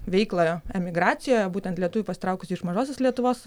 veiklą emigracijoje būtent lietuvių pasitraukusių iš mažosios lietuvos